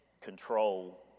control